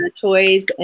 toys